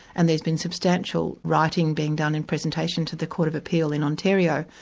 and there's been substantial writing being done in presentation to the court of appeal in ontario,